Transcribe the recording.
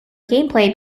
gameplay